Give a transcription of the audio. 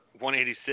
186